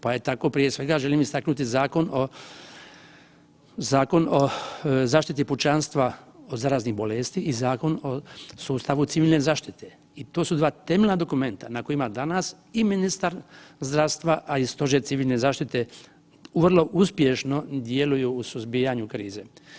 Pa ja tako želim prije svega istaknuti Zakon o zaštiti pučanstva od zaraznih bolesti i Zakon o sustavu civilne zaštite i to su dva temeljna dokumenta na kojima danas i ministar zdravstva, a i Stožer civilne zaštite vrlo uspješno djeluju u suzbijanju krize.